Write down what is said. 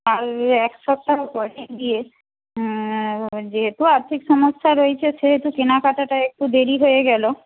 আর এক সপ্তাহ পরেই বিয়ে যেহেতু আর্থিক সমস্যা রয়েছে সেহেতু কেনাকাটাটা একটু দেরি হয়ে গেল